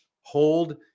hold